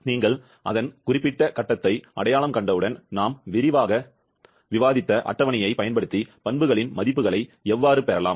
நீங்கள் ஆட்சியை அடையாளம் கண்டவுடன் நாம் விரிவாக விவாதித்த அட்டவணையைப் பயன்படுத்தி பண்புகளின் மதிப்புகளை எவ்வாறு பெறலாம்